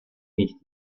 nicht